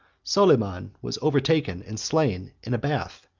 soliman was overtaken and slain in a bath,